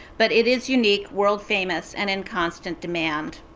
but it is unique, world famous, and in constant demand.